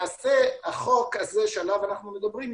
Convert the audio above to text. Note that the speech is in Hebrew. החוק הזה שעליו אנחנו מדברים,